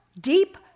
deep